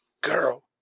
Girl